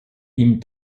ihm